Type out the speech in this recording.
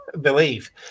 believe